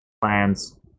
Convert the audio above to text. plans